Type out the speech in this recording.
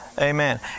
Amen